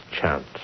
chance